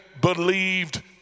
believed